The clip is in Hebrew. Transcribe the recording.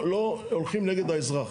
זה בדיקה שלא, לא הולכים נגד האזרח.